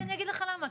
כי אני אגיד לך למה,